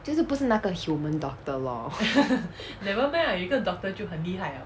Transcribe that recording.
就是不是那个 human doctor lor